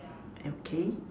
okay